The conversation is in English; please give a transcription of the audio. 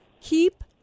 Keep